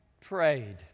prayed